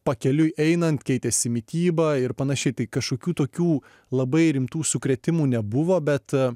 pakeliui einant keitėsi mityba ir panašiai tai kažkokių tokių labai rimtų sukrėtimų nebuvo bet